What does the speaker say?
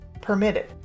permitted